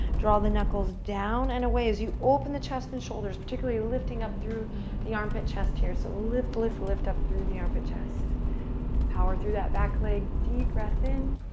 draw the knuckles down and away as you open the chest and shoulders, particularly lifting up through the armpit, chest here. so, lift, lift, lift up through the armpit, chest power through that back leg. deep breath in.